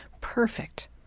perfect